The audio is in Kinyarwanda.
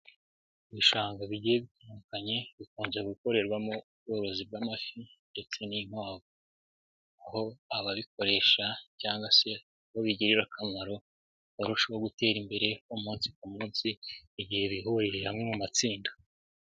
Ibishanga bitandukanye bikunze gukorerwamo ubworozi bw'amafi ndetse n'inkovu, aho ababikoresha cyangwa se bobigirira akamaro, barushaho gutera imbere umunsi ku munsi igihe bihurije hamwe mu matsinda.